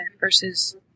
versus